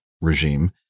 regime